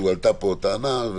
שעלתה פה טענה.